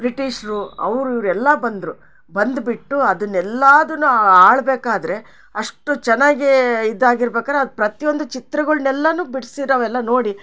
ಬ್ರಿಟೀಷರು ಅವ್ರು ಇವ್ರು ಎಲ್ಲಾ ಬಂದರು ಬಂದ್ಬಿಟ್ಟು ಅದನ್ನೆಲ್ಲಾದುನ್ನು ಆಳ್ಬೇಕಾದರೆ ಅಷ್ಟು ಚೆನ್ನಾಗೇ ಇದ್ದಾಗಿರ್ಬೇಕಾರೆ ಅದು ಪ್ರತಿಯೊಂದು ಚಿತ್ರಗಳ್ನೆಲ್ಲಾನು ಬಿಡ್ಸಿರೊವೆಲ್ಲ ನೋಡಿ